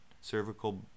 cervical